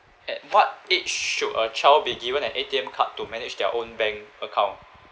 at what age should a child be given an A_T_M card to manage their own bank account